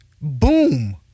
boom